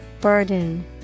Burden